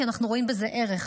כי אנחנו רואים בזה ערך.